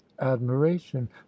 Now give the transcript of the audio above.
admiration